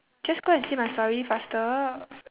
just go and see my story faster